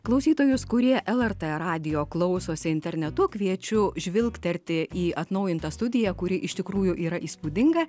klausytojus kurie lrt radijo klausosi internetu kviečiu žvilgterti į atnaujintą studiją kuri iš tikrųjų yra įspūdinga